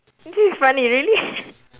this is funny really